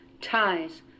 ties